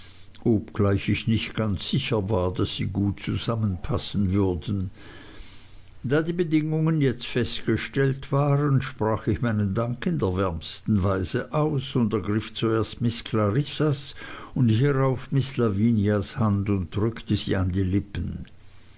obgleich ich nicht ganz sicher war daß sie gut zusammenpassen würden da die bedingungen jetzt festgestellt waren sprach ich meinen dank in der wärmsten weise aus und ergriff zuerst miß clarissas und hierauf miß lavinias hand und drückte sie an die lippen